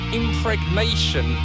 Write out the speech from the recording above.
impregnation